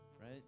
Right